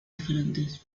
diferentes